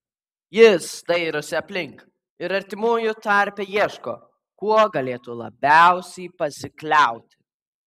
jis dairosi aplink ir artimųjų tarpe ieško kuo galėtų labiausiai pasikliauti